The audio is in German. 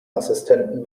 assistenten